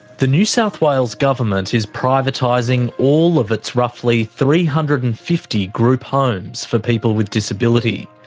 the new south wales government is privatising all of its roughly three hundred and fifty group homes for people with disability.